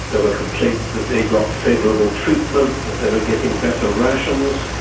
there were complaints that they got favourable treatment, that they were getting better rations,